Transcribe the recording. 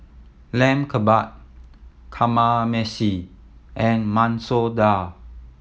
Lamb Kebab Kamameshi and Masoor Dal